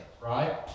Right